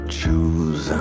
choose